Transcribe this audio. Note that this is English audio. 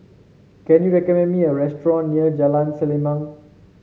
can you recommend me a restaurant near Jalan Selimang